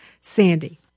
sandy